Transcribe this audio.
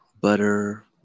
butter